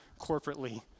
corporately